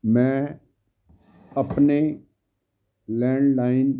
ਮੈਂ ਆਪਣੇ ਲੈਂਡਲਾਈਨ